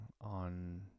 on